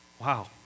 wow